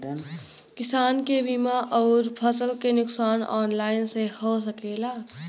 किसान के बीमा अउर फसल के नुकसान ऑनलाइन से हो सकेला?